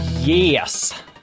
Yes